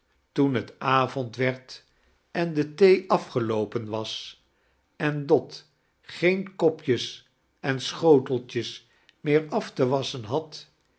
toen het avond werd en de thee afgeloopen was en dot geen kopjes pn schoteltjes meer af te wasschen had